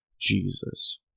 Jesus